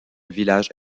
village